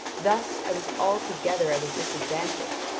thus, i was altogether at a disadvantage,